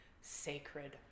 sacred